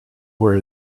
where